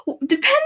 depends